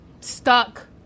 stuck